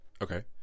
Okay